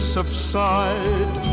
Subside